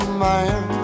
man